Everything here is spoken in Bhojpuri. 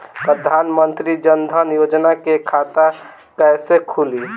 प्रधान मंत्री जनधन योजना के खाता कैसे खुली?